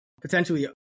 potentially